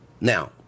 Now